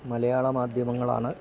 മലയാള മാധ്യമങ്ങളാണ്